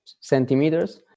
centimeters